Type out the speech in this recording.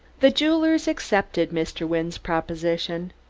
the jewelers accepted mr. wynne's proposition.